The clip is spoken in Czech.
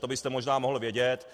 To byste možná mohl vědět.